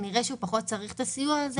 כנראה שהוא פחות צריך את הסיוע הזה.